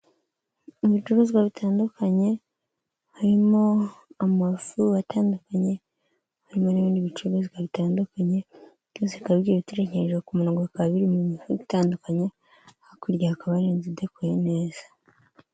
Ni ibicuruzwa bitandukanye harimo amafu atandukanye, harimo n'ibindi bicuruzwa bitandukanye byose bikaba bigiye biterekeranyije ku murongo bikaba biri mu mifuka itandukanye, hakurya hakaba hari inzu idekoye neza.